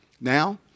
now